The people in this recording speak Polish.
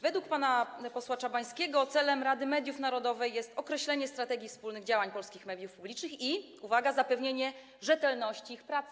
Według pana posła Czabańskiego celem Rady Mediów Narodowych jest określenie strategii wspólnych działań polskich mediów publicznych i - uwaga - zapewnienie rzetelności ich pracy.